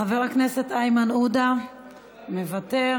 חבר הכנסת איימן עודה, מוותר.